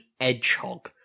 Edgehog